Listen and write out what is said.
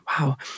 Wow